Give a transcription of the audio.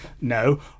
No